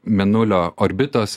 mėnulio orbitos